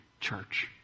church